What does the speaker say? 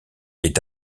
est